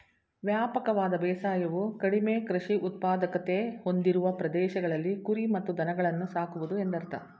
ವ್ಯಾಪಕವಾದ ಬೇಸಾಯವು ಕಡಿಮೆ ಕೃಷಿ ಉತ್ಪಾದಕತೆ ಹೊಂದಿರುವ ಪ್ರದೇಶಗಳಲ್ಲಿ ಕುರಿ ಮತ್ತು ದನಗಳನ್ನು ಸಾಕುವುದು ಎಂದರ್ಥ